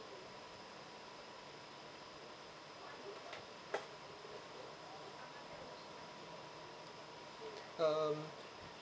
um